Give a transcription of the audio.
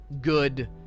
good